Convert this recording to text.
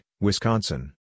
Wisconsin